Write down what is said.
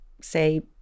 say